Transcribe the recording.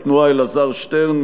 התנועה: אלעזר שטרן.